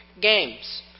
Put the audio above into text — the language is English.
games